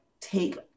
take